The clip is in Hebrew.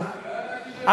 סליחה,